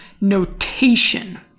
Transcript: notation